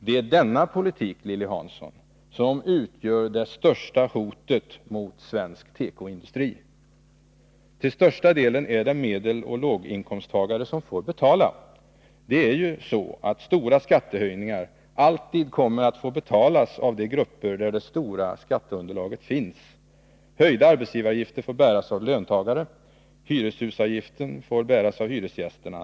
Det är denna politik, Lilly Hansson, som utgör det största hotet mot svensk tekoindustri. Till största delen är det medeloch låginkomsttagare som får betala. Stora skattehöjningar kommer alltid att få betalas av de grupper som utgör det stora skatteunderlaget. Höjda arbetsgivaravgifter får bäras av 30 löntagare, hyreshusavgiften får bäras av hyresgästerna.